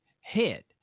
head